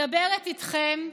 מדברת איתכם,